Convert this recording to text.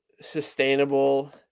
Sustainable